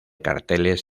carteles